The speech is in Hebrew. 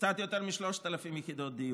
קצת יותר מ-3,000 יחידות דיור.